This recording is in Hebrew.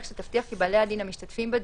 שתבטיח כי בעלי הדין המשתתפים בדיון,